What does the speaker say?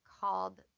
called